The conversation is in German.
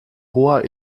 hoher